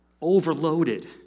Overloaded